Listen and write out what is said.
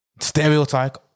stereotype